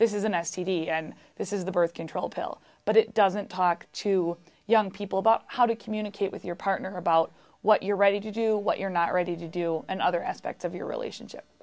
this is an s t d and this is the birth control pill but it doesn't talk to young people bought how to communicate with your partner about what you're ready to do what you're not ready to do and other aspects of your relationship